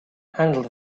handle